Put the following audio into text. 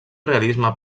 realisme